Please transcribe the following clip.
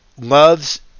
loves